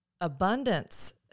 abundance